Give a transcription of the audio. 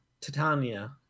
Titania